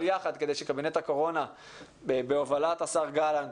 יחד כדי שקבינט הקורונה בהובלת השר גלנט,